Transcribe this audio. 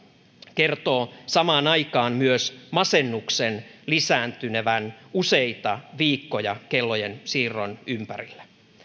kertoo samaan aikaan myös masennuksen lisääntynevän useita viikkoja kellojen siirron ympärillä